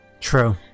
true